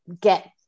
get